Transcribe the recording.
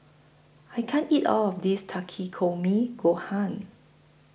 I can't eat All of This Takikomi Gohan